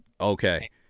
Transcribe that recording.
Okay